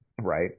Right